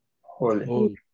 Holy